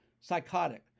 psychotic